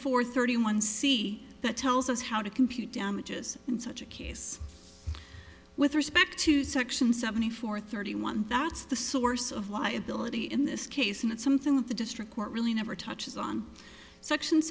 four thirty one see that tells us how to compute damages in such a case with respect to section seventy four thirty one that's the source of liability in this case and it's something that the district court really never touches on s